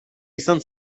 izan